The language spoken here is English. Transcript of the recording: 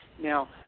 Now